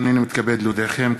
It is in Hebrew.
הנני מתכבד להודיעכם,